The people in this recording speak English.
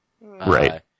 Right